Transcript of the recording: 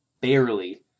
barely